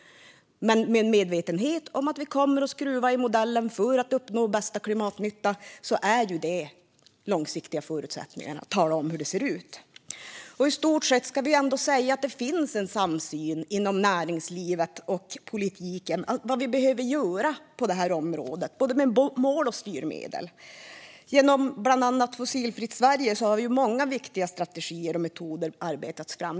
Men med en medvetenhet om att vi kommer att skruva i modellen för att uppnå bästa klimatnytta ger den långsiktiga förutsättningar. Vi talar om hur det ser ut. I stort sett ska vi ändå säga att det finns en samsyn inom näringslivet och politiken om vad vi behöver göra på det här området. Det gäller både mål och styrmedel. Genom bland annat Fossilfritt Sverige har många viktiga strategier och metoder arbetats fram.